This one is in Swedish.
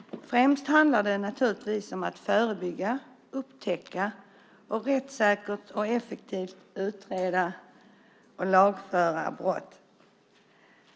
Främst handlar det naturligtvis om att förebygga, upptäcka och rättssäkert och effektivt utreda och lagföra brott.